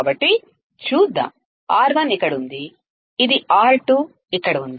కాబట్టి చూద్దాం R1 ఇక్కడ ఉంది ఇది R2 ఇక్కడ ఉంది